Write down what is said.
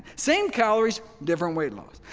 same calories, different weight loss.